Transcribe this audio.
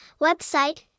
website